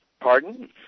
Pardon